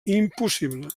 impossible